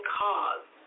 cause